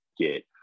get